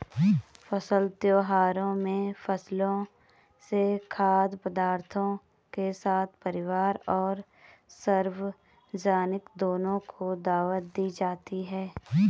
फसल त्योहारों में फसलों से खाद्य पदार्थों के साथ परिवार और सार्वजनिक दोनों को दावत दी जाती है